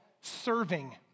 serving